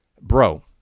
Bro